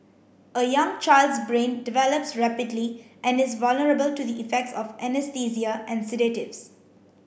a young child's brain develops rapidly and is vulnerable to the effects of anaesthesia and sedatives